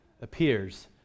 appears